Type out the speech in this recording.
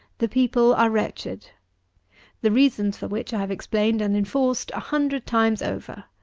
the people are wretched the reasons for which i have explained and enforced a hundred times over.